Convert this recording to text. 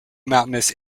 mountainous